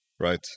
Right